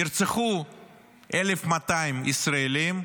נרצחו 1,200 ישראלים,